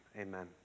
amen